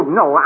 no